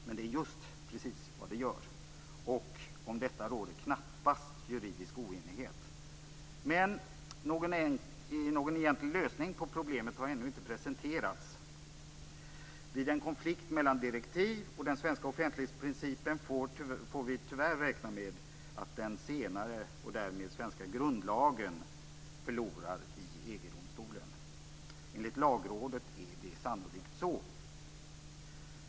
Men det är just precis vad det gör! Om detta råder knappast juridisk oenighet. Någon egentlig lösning på problemet har dock ännu inte presenterats. Vid en konflikt mellan direktivet och den svenska offentlighetsprincipen får vi tyvärr räkna med att det är den senare, och därmed den svenska grundlagen, som förlorar i EG-domstolen. Enligt Lagrådet är det sannolikt så.